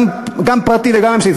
גם פרטי וגם ממשלתי.